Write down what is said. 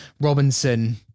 Robinson